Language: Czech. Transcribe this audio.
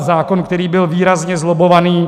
Zákon, který byl výrazně zlobbovaný.